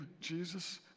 Jesus